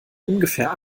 ungefähr